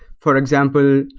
for example,